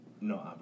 No